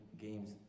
games